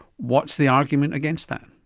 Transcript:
what's the argument against that?